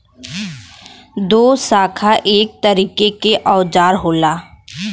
दोशाखा एक तरीके के औजार होला